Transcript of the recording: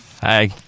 hi